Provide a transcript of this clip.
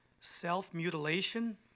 Self-mutilation